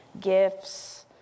gifts